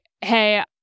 hey